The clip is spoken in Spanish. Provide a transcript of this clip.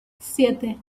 siete